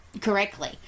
correctly